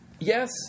Yes